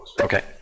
okay